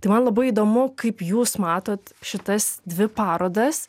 tai man labai įdomu kaip jūs matot šitas dvi parodas